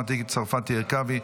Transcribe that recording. מטי צרפתי הרכבי,